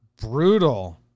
Brutal